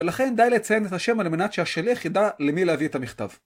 לכן די לציין את השם על מנת שהשליח ידע למי להביא את המכתב.